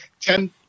ten